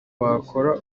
wakora